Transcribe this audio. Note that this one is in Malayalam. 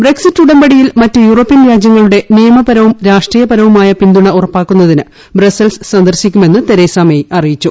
ബ്രക്സിറ്റ് ഉടമ്പടിയിൽ മറ്റ് യൂറോപ്യൻ രാജ്യങ്ങളുടെ നിയമപരവും രാഷ്ട്രീയപരവുമായ പിന്തുണ ഉറപ്പാക്കുന്നതിന് ബ്രസ്സൽസ് സന്ദർശിക്കുമെന്ന് തെരേസ മേ അറിയിച്ചു